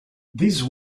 these